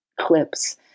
clips